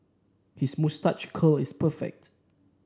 his moustache curl is perfect